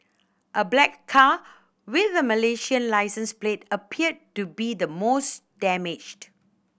a black car with a Malaysian licence plate appeared to be the most damaged